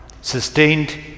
Sustained